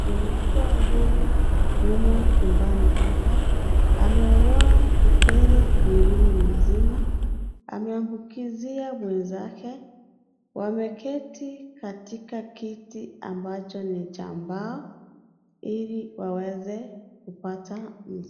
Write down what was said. Mgonjwa huyu yumo chumbani pake, ameugua upele mwilini mzima, ameambukizia mwenzake, wameketi katika kiti ambacho ni cha mbao ili waweze kupata.